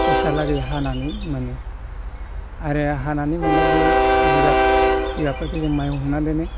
फुसहालागै हानानै मोनो आरो हानानै मोननाय बे जिगाबखौ जों माइयाव हुंनानै दोनो